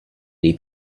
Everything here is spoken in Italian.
dei